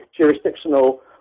jurisdictional